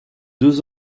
deux